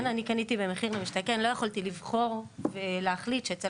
אני קניתי במחיר למשתכן ולא יכולתי לבחור ולהחליט שאצל